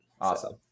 awesome